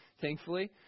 thankfully